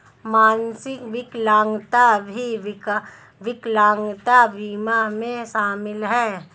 मानसिक विकलांगता भी विकलांगता बीमा में शामिल हैं